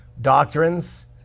doctrines